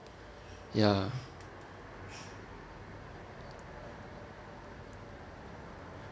ya